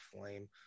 flame